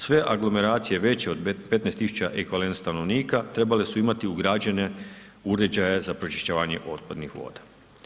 Sve aglomeracije veće od 15 tisuća ... stanovnika trebale su imati ugrađene uređaje za pročišćavanje otpadnih voda.